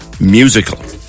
musical